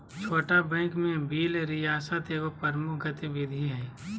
छोट बैंक में बिल रियायत एगो प्रमुख गतिविधि हइ